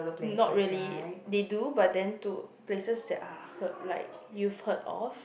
not really they do but then to places they are heard like you heard of